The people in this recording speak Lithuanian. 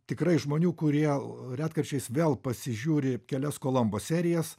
tikrai žmonių kurie retkarčiais vėl pasižiūri kelias kolombo serijas